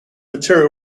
material